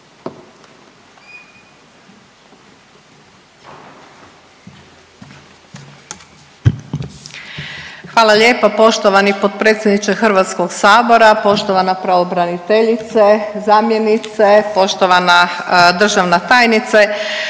Hvala lijepo poštovani potpredsjedniče sabora, poštovana pravobraniteljice sa suradnicom, poštovana državna tajnice,